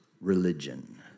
religion